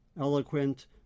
eloquent